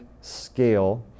scale